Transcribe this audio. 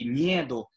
medo